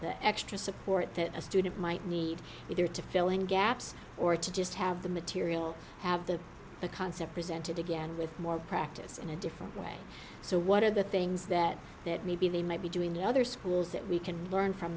the extra support that a student might need either to fill in gaps or to just have the material have the the concept presented again with more practice in a different way so what are the things that that maybe they might be doing the other schools that we can learn from